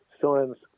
science